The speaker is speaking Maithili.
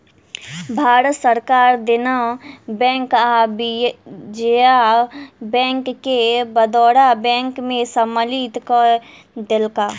भारत सरकार देना बैंक आ विजया बैंक के बड़ौदा बैंक में सम्मलित कय देलक